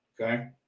okay